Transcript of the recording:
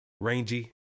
rangy